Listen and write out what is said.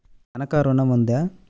తనఖా ఋణం ఉందా?